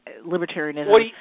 libertarianism